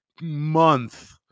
month